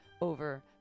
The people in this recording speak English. over